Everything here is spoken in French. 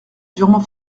durement